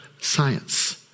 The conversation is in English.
science